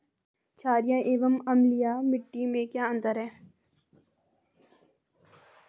छारीय एवं अम्लीय मिट्टी में क्या अंतर है?